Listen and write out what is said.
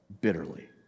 bitterly